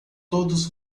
todos